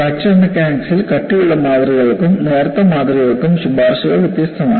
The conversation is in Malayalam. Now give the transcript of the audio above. ഫ്രാക്ചർ മെക്കാനിക്സിൽ കട്ടിയുള്ള മാതൃകകൾക്കും നേർത്ത മാതൃകകൾക്കും ശുപാർശകൾ വ്യത്യസ്തമാണ്